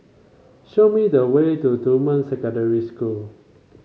show me the way to Dunman Secondary School